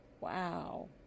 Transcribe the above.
wow